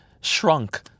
shrunk